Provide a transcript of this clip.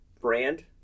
brand